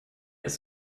ist